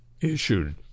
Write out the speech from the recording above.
issued